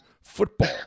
football